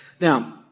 Now